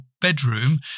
bedroom